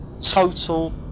total